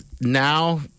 now